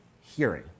hearing